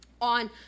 on